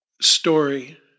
story